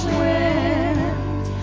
wind